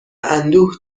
اندوه